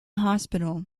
hospital